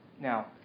Now